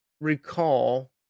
Recall